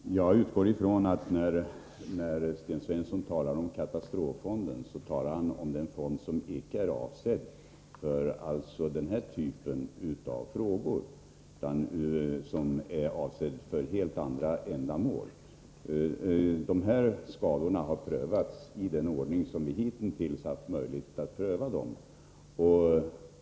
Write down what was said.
Fru talman! Jag utgår från att Sten Svensson när han talar om katastroffonden menar den fond som icke är avsedd för detta utan för helt andra ändamål. De här skadorna har prövats i den ordning som vi hitintills haft möjligheter att tillämpa.